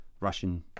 Russian